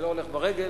זה לא הולך ברגל.